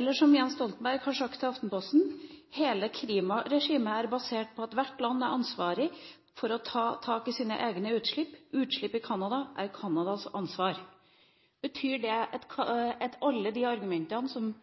Eller som Jens Stoltenberg har sagt til Aftenposten: «Hele klimaregimet er basert på at hvert land er ansvarlig for og må ta tak i sine egne utslipp. Utslipp i Canada er Canadas ansvar.» Betyr det at alle de argumentene som